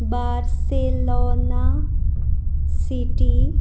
Barcelona city